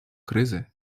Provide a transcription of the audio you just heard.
кризи